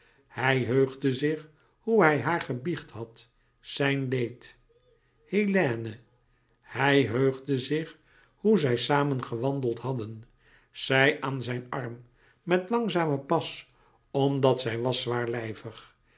hij heugde zich hoe hij haar gebiecht had zijn leed hélène hij heugde zich hoe zij samen gewandeld hadden zij aan zijn arm met langzamen pas omdat zij